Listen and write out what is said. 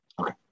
Okay